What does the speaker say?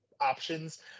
options